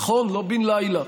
נכון, לא בן לילה,